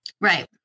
Right